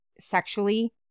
sexually